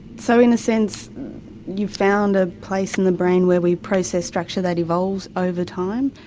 so in a sense you've found a place in the brain where we process structure that evolves over time,